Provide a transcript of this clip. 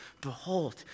behold